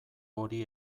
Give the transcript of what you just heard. hori